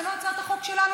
זו לא הצעת החוק שלנו,